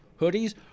hoodies